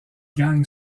gagne